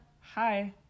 hi